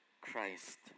Christ